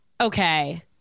okay